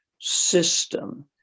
system